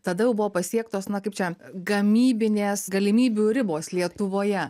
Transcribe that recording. tada jau buvo pasiektos na kaip čia gamybinės galimybių ribos lietuvoje